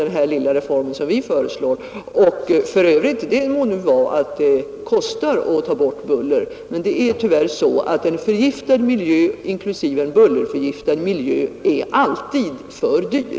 Det må för övrigt nu vara att det kostar att ta bort buller — det är tyvärr så att en förgiftad miljö inklusive en bullerförgiftad miljö alltid är för dyr.